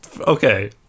okay